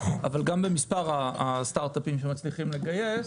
אבל גם במספר הסטארטאפים שמצליחים לגייס.